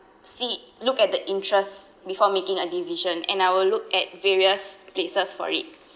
see look at the interest before making a decision and I will look at various places for it